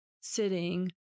sitting